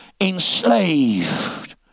Enslaved